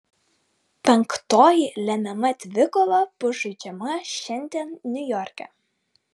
penktoji lemiama dvikova bus žaidžiama šiandien niujorke